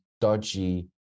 dodgy